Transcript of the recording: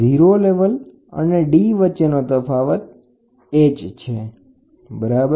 0 level અને D વચ્ચેનો તફાવત H છે બરાબર